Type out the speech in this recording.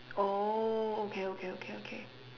oh okay okay okay okay